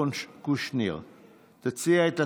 אני דיברתי 20 דקות על החוק.